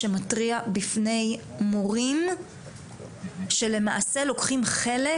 לגבי מורים שלמעשה לוקחים חלק